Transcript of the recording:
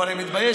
אבל אני מתבייש,